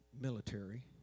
military